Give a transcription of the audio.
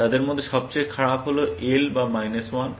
তাদের মধ্যে সবচেয়ে খারাপ হল L বা মাইনাস 1